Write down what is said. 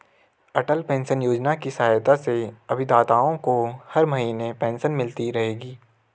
अटल pension Yojana की सहायता से अभिदाताओं को हर महीने पेंशन मिलती रहेगी